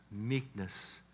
meekness